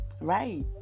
right